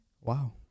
wow